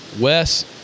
wes